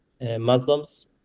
Muslims